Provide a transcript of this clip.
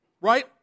Right